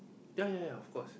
ya ya ya of course